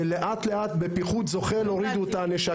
ולאט-לאט בפיחות זוחל הורידו את הנשקים.